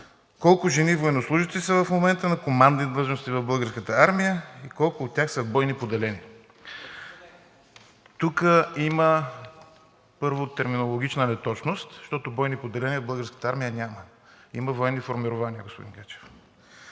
„Колко жени военнослужещи са в момента на командни длъжности в Българската армия и колко от тях са в бойни поделения?“ Първо, тук има терминологична неточност, защото бойни поделения в Българската армия няма, а има военни формирования, господин Гаджев.